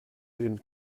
den